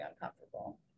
uncomfortable